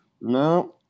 No